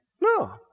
No